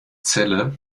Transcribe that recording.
celle